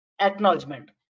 acknowledgement